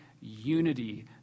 unity